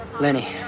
Lenny